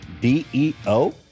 D-E-O